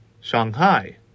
Shanghai